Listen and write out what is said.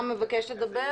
תן